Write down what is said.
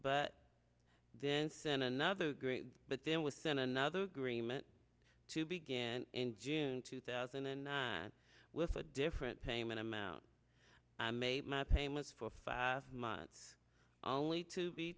but then sent another great but then within another green minute to begin in june two thousand and nine with a different payment amount i made my payments for five months only to be